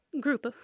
group